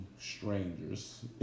strangers